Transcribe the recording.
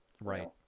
Right